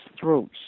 throats